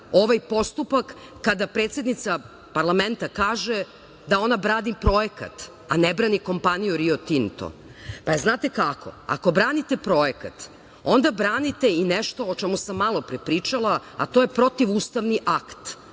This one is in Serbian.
ovaj postupak, kada predsednica parlamenta kaže da ona brani projekat, a ne brani kompaniju Rio Tino. Znate kako, ako branite projekat, onda branite i nešto o čemu sam malopre pričala, a to je protivustavni akt,